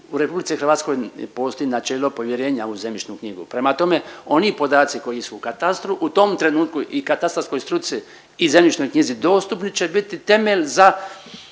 U RH postoji načelo povjerenja u zemljišnu knjigu. Prema tome, oni podaci koji su u katastru u tom trenutku i katastarskoj struci i zemljišnoj knjizi dostupni će biti temelj za